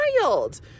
wild